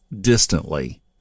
distantly